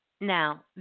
Now